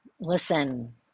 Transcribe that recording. listen